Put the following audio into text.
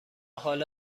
حالا